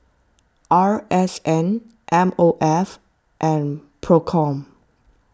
R S N M O F and P R O C O M